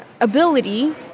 ability